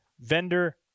vendor